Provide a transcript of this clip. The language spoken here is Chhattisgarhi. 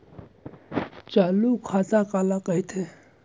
चालू खाता काला कहिथे?